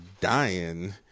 dying